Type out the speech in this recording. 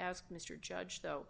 asked mr judge though